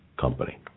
company